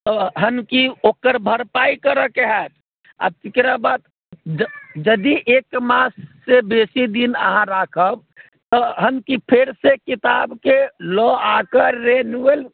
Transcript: तहन कि ओकर भरपाइ करऽके होएत आ तेकरा बाद ज यदि एक माससँ बेसी दिन अहाँ राखब तहन कि फेरसँ किताबके लऽ आ कऽ रेनुअल